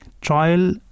trial